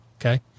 Okay